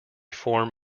form